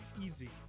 easy